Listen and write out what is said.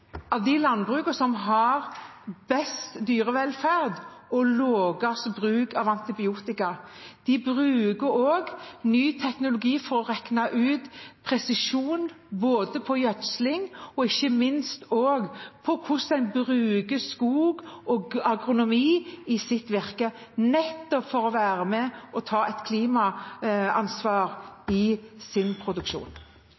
av de landbrukene som har best dyrevelferd og lavest bruk av antibiotika. De bruker også ny teknologi for å regne ut presis gjødsling og ikke minst med tanke på hvordan man bruker skog og agronomi for nettopp å være med og ta et